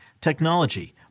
technology